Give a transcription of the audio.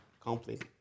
complete